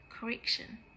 correction